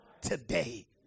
today